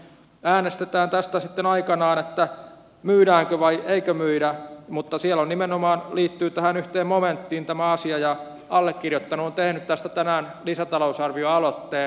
äänestetään tästä sitten aikanaan että myydäänkö vai eikö myydä mutta siellä nimenomaan liittyy tähän yhteen momenttiin tämä asia ja allekirjoittanut on tehnyt tästä tänään lisätalousarvioaloitteen